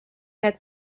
need